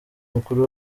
mukuru